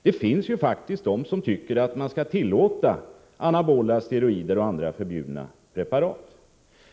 Det finns faktiskt de som tycker att man skall tillåta anabola steroider och andra förbjudna preparat.